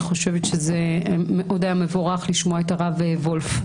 אני חושבת שהיה מבורך לשמוע את הרב וולף.